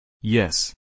yes